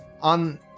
on